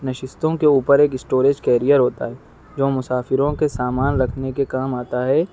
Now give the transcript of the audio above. نشستوں کے اوپر ایک اسٹوریج کیریر ہوتا ہے جو مسافروں کے سامان رکھنے کے کام آتا ہے